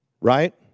Right